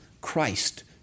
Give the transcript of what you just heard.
Christ